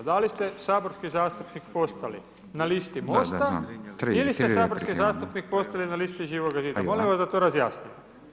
Da li ste saborski zastupnik postali na listi MOST-a ili ste saborski zastupnik postali na listi Živoga zida, molim vas da to razjasnimo.